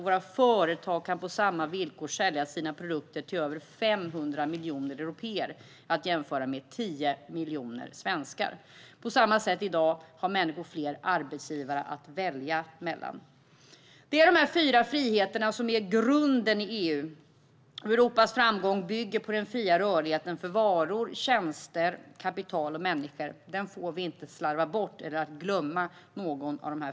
Våra företag kan nu sälja sina produkter på samma villkor till över 500 miljoner européer - att jämföra med 10 miljoner svenskar. På samma sätt har människor i dag fler arbetsgivare att välja mellan. Det är de fyra friheterna som är grunden i EU. Europas framgång bygger på den fria rörligheten för varor, tjänster, kapital och människor. Dessa friheter får vi inte slarva bort eller glömma bort.